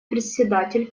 председатель